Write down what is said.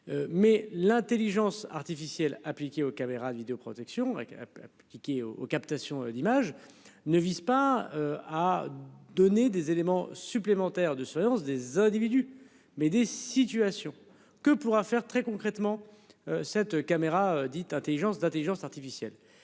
Mais l'Intelligence artificielle appliquée aux caméras de vidéoprotection avec. Qui qui est au au captation d'images ne vise pas à donner des éléments supplémentaires de séance des individus mais des situations que pourra faire très concrètement. Cette caméra dite Intelligence d'Intelligence